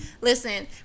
listen